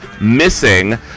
missing